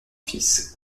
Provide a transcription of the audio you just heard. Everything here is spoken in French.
fils